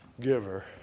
giver